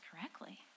correctly